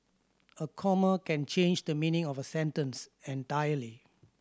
a comma can change the meaning of a sentence entirely